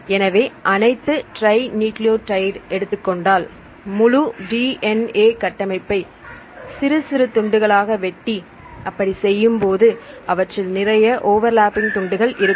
எனவே அனைத்து trinucleotide எடுத்துக்கொண்டால் முழு DNA கட்டமைப்பை சிறு சிறு துண்டுகளாக வெட்டி அப்படி செய்யும் போது அவற்றில் நிறைய ஓவர்லப்பிங் துண்டுகள் இருக்கும்